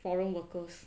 foreign workers